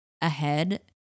ahead